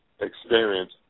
experience